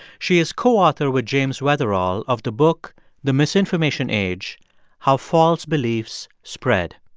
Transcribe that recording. she is co-author with james weatherall of the book the misinformation age how false beliefs spread.